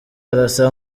arasa